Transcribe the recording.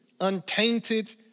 untainted